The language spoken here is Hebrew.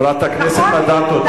נכון, ולכן צריך לעשות את זה.